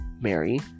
Mary